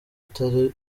atari